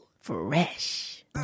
Fresh